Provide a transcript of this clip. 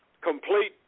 complete